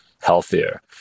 healthier